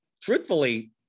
truthfully